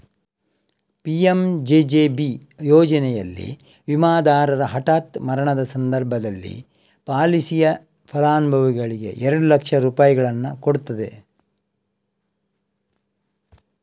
PMJJB ಯೋಜನೆನಲ್ಲಿ ವಿಮಾದಾರರ ಹಠಾತ್ ಮರಣದ ಸಂದರ್ಭದಲ್ಲಿ ಪಾಲಿಸಿಯ ಫಲಾನುಭವಿಗೆ ಎರಡು ಲಕ್ಷ ರೂಪಾಯಿಯನ್ನ ಕೊಡ್ತದೆ